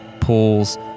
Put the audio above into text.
pools